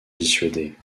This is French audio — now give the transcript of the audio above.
dissuader